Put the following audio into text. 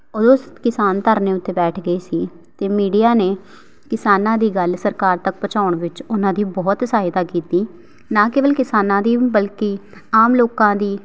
ਉਦੋਂ ਕਿਸਾਨ ਧਰਨੇ ਉੱਤੇ ਬੈਠ ਗਏ ਸੀ ਅਤੇ ਮੀਡੀਆ ਨੇ ਕਿਸਾਨਾਂ ਦੀ ਗੱਲ ਸਰਕਾਰ ਤੱਕ ਪਹੁੰਚਾਉਣ ਵਿੱਚ ਉਹਨਾਂ ਦੀ ਬਹੁਤ ਸਹਾਇਤਾ ਕੀਤੀ ਨਾ ਕੇਵਲ ਕਿਸਾਨਾਂ ਦੀ ਬਲਕਿ ਆਮ ਲੋਕਾਂ ਦੀ